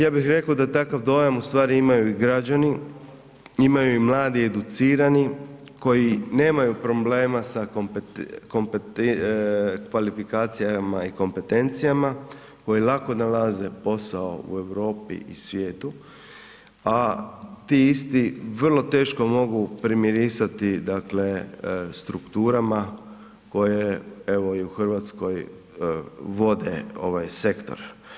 Ja bih rekao da takav dojam u stvari imaju i građani, imaju i mladi educirani, koji nemaju problema sa kvalifikacijama i kompetencijama, koji lako nalaze posao u Europi i svijetu, a ti isti vrlo teško mogu primirisati dakle strukturama koje evo i u Hrvatskoj vode ovaj sektor.